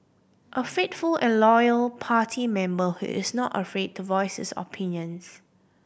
a faithful and loyal party member who is not afraid to voice his opinions